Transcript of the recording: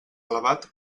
elevat